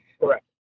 Correct